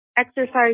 exercise